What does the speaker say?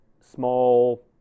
small